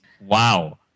Wow